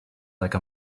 like